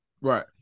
Right